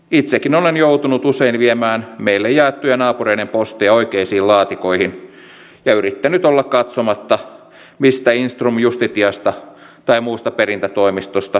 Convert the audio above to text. itsekin olen joutunut usein viemään meille jaettuja naapureiden posteja oikeisiin laatikoihin ja yrittänyt olla katsomatta mistä intrum justitiasta tai muusta perintätoimistosta kirje on ollut peräisin